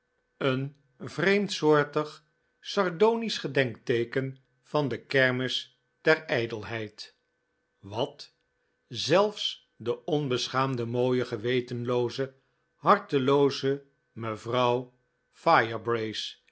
een vreemdsoortig sardonisch gedenkteeken van de kermis der ijdelheid wat zelfs de onbeschaamde mooie gewetenlooze hartelooze mevrouw